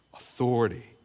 Authority